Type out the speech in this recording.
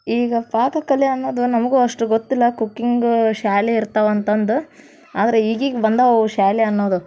ಈಗ ಪಾಕಕಲೆ ಅನ್ನೋದು ನಮಗೂ ಅಷ್ಟು ಗೊತ್ತಿಲ್ಲ ಕುಕಿಂಗು ಶಾಲೆ ಇರ್ತವೆ ಅಂತಂದು ಆದರೆ ಈಗೀಗ ಬಂದಿವ್ ಅವು ಶಾಲೆ ಅನ್ನೋದು